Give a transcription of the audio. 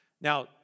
Now